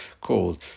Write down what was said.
called